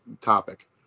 topic